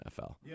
NFL